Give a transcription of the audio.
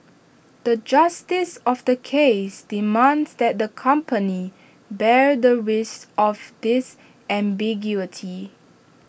the justice of the case demands that the company bear the risk of this ambiguity